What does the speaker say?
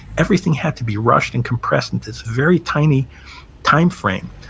everything had to be rushed and compressed into this very tiny timeframe.